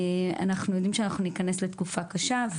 אנחנו יודעים שניכנס לתקופה קשה,